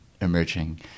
emerging